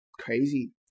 crazy